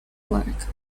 work